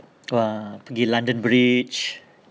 !wah! pergi london bridge